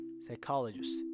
Psychologist